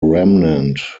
remnant